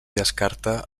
descarta